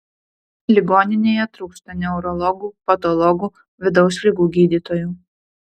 ligoninėje trūksta neurologų patologų vidaus ligų gydytojų